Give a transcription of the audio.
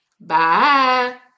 Bye